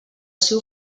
seu